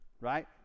right